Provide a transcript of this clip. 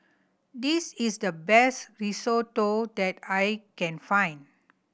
this is the best Risotto that I can find